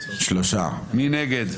מי נגד?